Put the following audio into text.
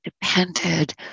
depended